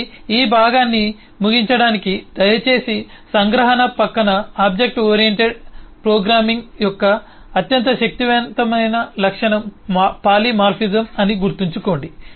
కాబట్టి ఈ భాగాన్ని ముగించడానికి దయచేసి సంగ్రహణ పక్కన ఆబ్జెక్ట్ ఓరియెంటెడ్ ప్రోగ్రామింగ్ యొక్క అత్యంత శక్తివంతమైన లక్షణం పాలిమార్ఫిజం అని గుర్తుంచుకోండి